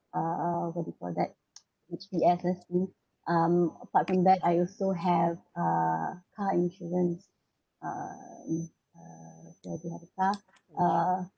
uh what do you call that H_P_S scheme um apart from that I also have uh car insurance um uh cause we have a car uh